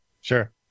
Sure